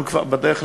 אנחנו כבר בדרך,